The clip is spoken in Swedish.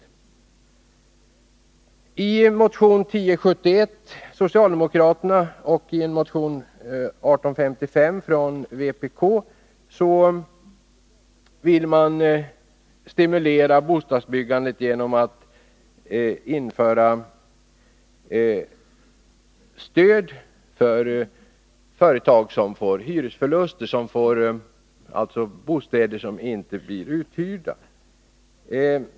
I den socialdemokratiska motionen 1071 och i vpk-motionen 1855 framförs förslag om att stimulera bostadsbyggandet genom att införa stöd till företag som får förluster i form av uteblivna hyror för bostäder som inte blir uthyrda.